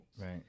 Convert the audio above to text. right